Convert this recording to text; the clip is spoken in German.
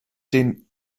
den